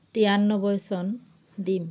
তিৰানব্বৈ চন দিম